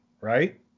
right